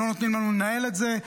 לא נותנים לנו לנהל את זה,